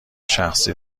شخصی